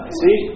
see